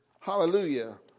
Hallelujah